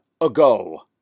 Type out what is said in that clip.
ago